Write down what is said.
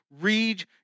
read